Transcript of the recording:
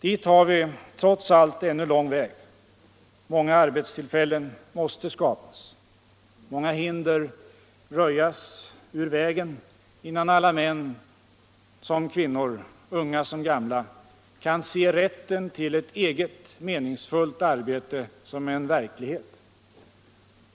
Dit har vi trots allt ännu lång väg. Många arbetstillfällen måste skapas, många hinder röjas ur vägen innan alla, män som kvinnor, unga som gamla kan se rätten till ett eget meningsfullt arbete som en verklighet.